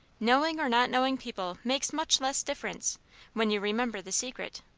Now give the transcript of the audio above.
knowing or not knowing people makes much less difference when you remember the secret.